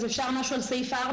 אז אפשר משהו על סעיף 4?